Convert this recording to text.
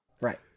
right